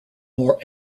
more